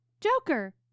Joker